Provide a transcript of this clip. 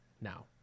now